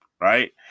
Right